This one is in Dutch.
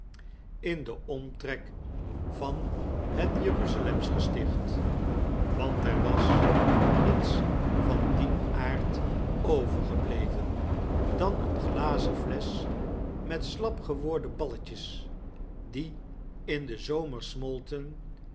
in den omtrek van het jeruzalemsgesticht want er was niets van dien aard overgebieven dan een glazen flesch met slapgeworden ballet jes die in den zomer smolten